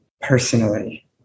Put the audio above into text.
personally